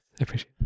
appreciate